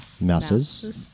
Mouses